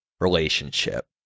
relationship